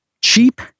cheap